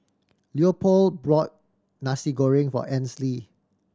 Leopold brought Nasi Goreng for Ansley